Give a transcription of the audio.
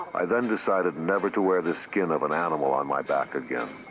i then decided never to wear the skin of an animal on my back again.